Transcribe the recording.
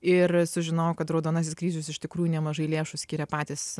ir sužinojau kad raudonasis kryžius iš tikrųjų nemažai lėšų skiria patys